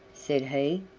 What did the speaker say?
said he.